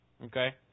Okay